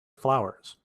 flowers